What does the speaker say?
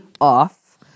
off